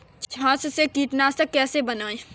छाछ से कीटनाशक कैसे बनाएँ?